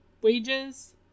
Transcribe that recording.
wages